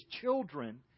children